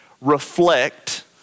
reflect